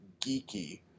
Geeky